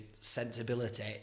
sensibility